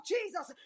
Jesus